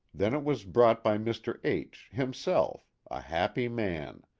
then it was brought by mr. h himself a happy man.